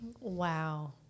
wow